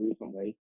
recently